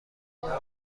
قابل